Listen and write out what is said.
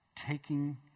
taking